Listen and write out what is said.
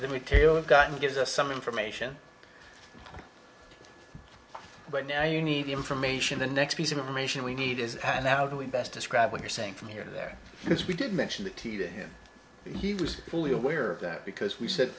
retailer gotten gives us some information but now you need the information the next piece of information we need is and how do we best describe what you're saying from here to there because we did mention that t to him he was fully aware of that because we said